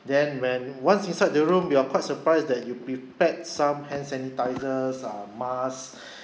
then when once inside the room we are quite surprised that you prepared some hand sanitizers some masks